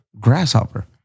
Grasshopper